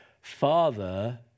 father